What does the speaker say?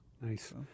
Nice